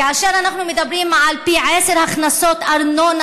כאשר אנחנו מדברים על פי עשרה הכנסות ארנונה